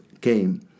came